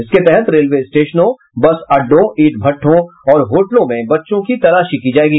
इसके तहत रेलवे स्टेशनों बस अड्डों ईंट भट्ठों और होटलों में बच्चों की तलाशी की जायेगी